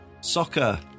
Soccer